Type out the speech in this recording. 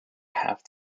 half